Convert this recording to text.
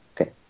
Okay